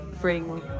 bring